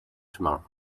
tomorrow